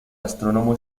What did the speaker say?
astrónomo